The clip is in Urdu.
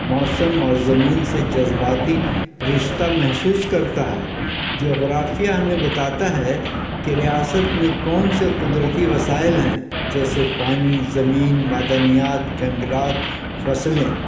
موسم اور زمین سے جذباتی رشتہ محسوس کرتا ہے جغرافیہ ہمیں بتاتا ہے کہ ریاست میں کون سے قدرتی وسائل ہیں جیسے پانی زمین معدنیات جنگلات فصلیں